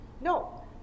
No